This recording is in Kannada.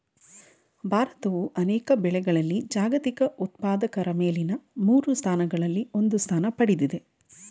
ಭಾರತವು ಅನೇಕ ಬೆಳೆಗಳಲ್ಲಿ ಜಾಗತಿಕ ಉತ್ಪಾದಕರ ಮೇಲಿನ ಮೂರು ಸ್ಥಾನಗಳಲ್ಲಿ ಒಂದು ಸ್ಥಾನ ಪಡೆದಿದೆ